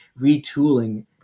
retooling